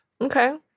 Okay